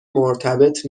مرتبط